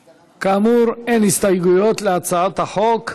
כאמור, אין הסתייגויות להצעת החוק.